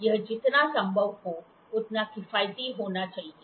यह जितना संभव हो उतना किफायती होना चाहिए